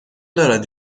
دارد